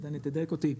דני תדייק אותי,